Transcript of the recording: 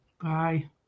Bye